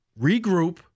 regroup